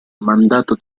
mandato